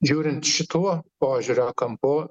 žiūrint šituo požiūrio kampu